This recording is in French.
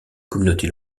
communauté